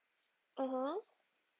(uh huh)